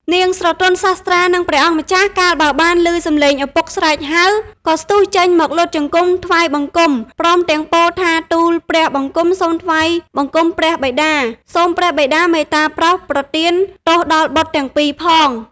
នាងស្រទន់សាស្ត្រា និងព្រះអង្គម្ចាស់ កាលបើបានលឺសម្លេងឪពុកស្រែកហៅ ក៏ស្ទុះចេញមកលុតជង្គង់ថ្វាយបង្គំ ព្រមទាំងពោលថា ទូលព្រះបង្គំសូមថ្វាយបង្គំព្រះបិតា សូមព្រះបិតាមេត្តាប្រោសប្រទានទោសដល់បុត្រទាំងពីរផង។